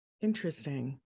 Interesting